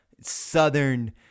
Southern